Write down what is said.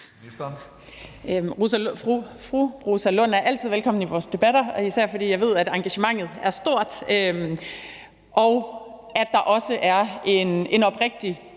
Fru Rosa Lund er altid velkommen i vores debatter, især fordi jeg ved, at engagementet er stort, og at der også er en oprigtig